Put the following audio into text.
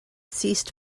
ceased